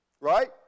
Right